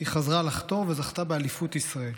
היא חזרה לחתור וזכתה באליפות ישראל.